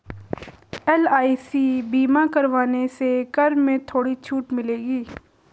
LIC बीमा करवाने से कर में थोड़ी छूट मिलेगी